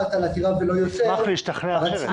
נשמח להשתכנע אחרת.